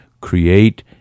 create